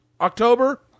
October